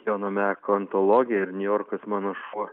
jono meko antologija ir niujorkas mano šuo